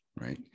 right